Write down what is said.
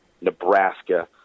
Nebraska